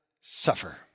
suffer